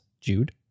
Jude